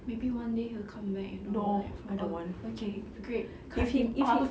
maybe one day he will come back and you know like oh okay great cut him off